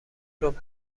ربع